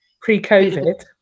pre-covid